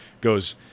goes